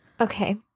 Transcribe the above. Okay